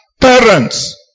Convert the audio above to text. parents